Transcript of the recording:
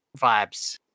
vibes